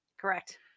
Correct